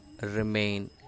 remain